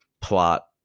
plot